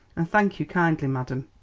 and thank you kindly, madam.